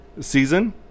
season